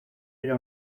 era